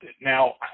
Now